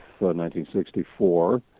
1964